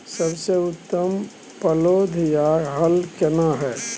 सबसे उत्तम पलौघ या हल केना हय?